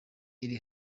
iri